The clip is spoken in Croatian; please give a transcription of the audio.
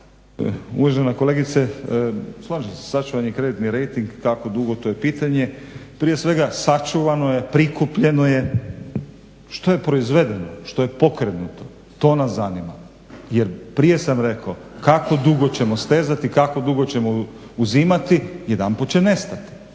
Uvažena kolegice slažem se. Sačuvan je kreditni rejting kako to je pitanje. Prije svega sačuvano je, prikupljeno je. Što je proizvedeno, što je pokrenuto? To nas zanima. Jer prije sam rekao kako dugo ćemo stezati, kako dugo ćemo uzimati jedanput će nestati.